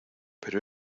pero